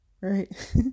Right